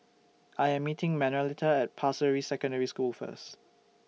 I Am meeting Manuelita At Pasir Ris Secondary School First